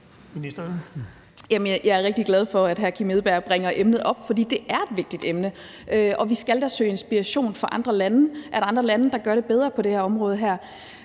Jeg er rigtig glad for, at hr. Kim Edberg Andersen bringer emnet op. For det er et vigtigt emne, og vi skal da søge inspiration fra andre lande, altså om der er andre lande, der gør det bedre på det her område. Det